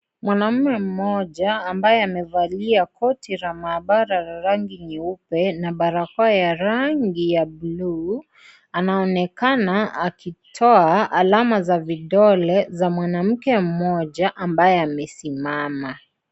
Mwanamume moja ambaye amevalia koti la maabara linalo rangi nyeupe na barakoa ya rangi ya blue anaonekana akitoa alama za vidole za mwanamke mmoja ambaye amesimama.